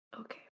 Okay